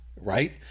right